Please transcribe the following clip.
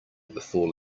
before